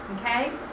Okay